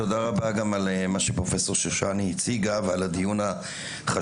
תודה רבה גם על מה שפרופסור שושני הציגה ועל הדיון החשוב.